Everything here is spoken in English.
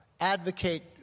advocate